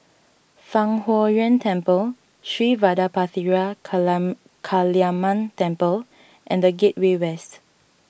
Fang Huo Yuan Temple Sri Vadapathira Kalam Kaliamman Temple and the Gateway West